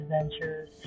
Adventures